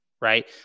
right